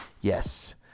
Yes